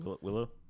Willow